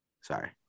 Sorry